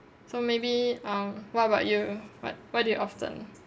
so maybe um what about you what what do you often